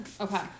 Okay